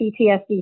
PTSD